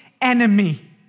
enemy